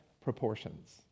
proportions